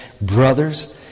brothers